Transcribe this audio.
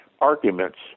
arguments